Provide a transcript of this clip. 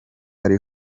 ari